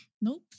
Nope